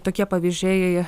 tokie pavyzdžiai